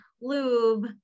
lube